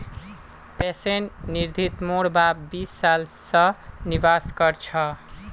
pension निधित मोर बाप बीस साल स निवेश कर छ